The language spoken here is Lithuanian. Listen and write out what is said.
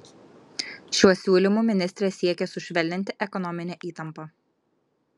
šiuo siūlymu ministrė siekia sušvelninti ekonominę įtampą